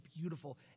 beautiful